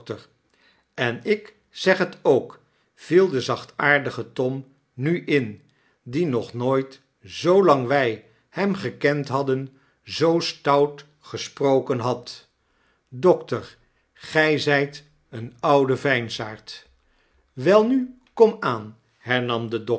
en ik zeg het ook viel de zachtaardige tom nu in die nog nooit zoolang wg hem gekend hadden zoo stout gesproken had dokter gij zyt een oude veinsaard welnu kom aan hernam de